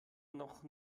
noch